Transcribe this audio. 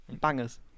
Bangers